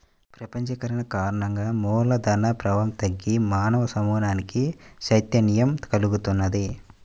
ప్రపంచీకరణ కారణంగా మూల ధన ప్రవాహం తగ్గి మానవ సమూహానికి చైతన్యం కల్గుతున్నది